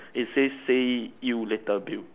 it says say you later Bill